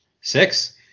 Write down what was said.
Six